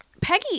Peggy